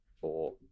four